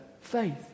faith